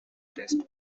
test